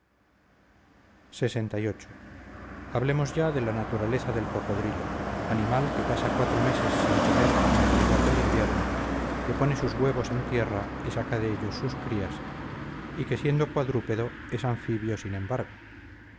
tendidos lxviii hablemos ya de la naturaleza del cocodrilo animal que pasa cuatro meses sin comer en el rigor del invierno que pone sus huevos en tierra y saca de ellos sus crías y que siendo cuadrúpedo es anfibio sin embargo